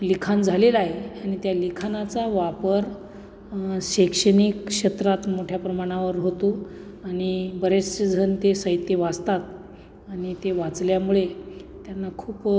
लिखाण झालेलं आहे आणि त्या लिखाणाचा वापर शैक्षणिक क्षेत्रात मोठ्या प्रमाणावर होतो आणि बरेचसे जण ते साहित्य वासतात आणि ते वाचल्यामुळे त्यांना खूप